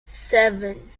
seven